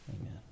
Amen